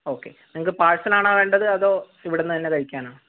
okay നിങ്ങൾക്ക് parcel ആണോ വേണ്ടത് അതോ ഇവിടുന്ന് തന്നെ കഴിക്കാനാണോ